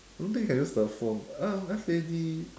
don't think you can use the phone um F A D